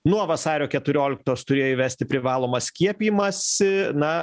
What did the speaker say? nuo vasario keturioliktos turėjo įvesti privalomą skiepijimąsį na